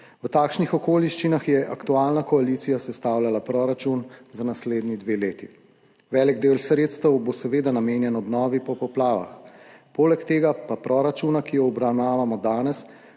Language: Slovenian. V takšnih okoliščinah je aktualna koalicija sestavljala proračun za naslednji dve leti. Velik del sredstev bo seveda namenjen obnovi po poplavah. Poleg tega pa proračuna, ki ju obravnavamo danes,